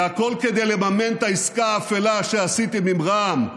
והכול כדי לממן את העסקה האפלה שעשיתם עם רע"מ,